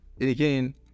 again